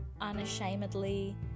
unashamedly